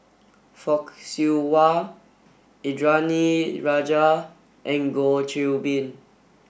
Fock Siew Wah Indranee Rajah and Goh Qiu Bin